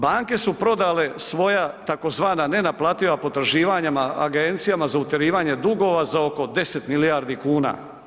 Banke su prodale svoja tzv. nenaplativa potraživanja Agencijama za utjerivanje dugova za oko 10 milijardi kuna.